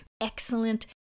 excellent